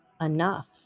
enough